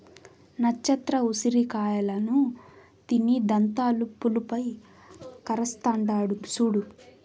నచ్చత్ర ఉసిరి కాయలను తిని దంతాలు పులుపై కరస్తాండాడు సూడు